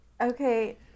Okay